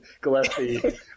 Gillespie